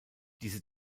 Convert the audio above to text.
diese